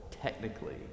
technically